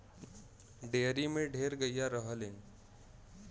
dairy में ढेर गइया रहलीन